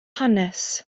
hanes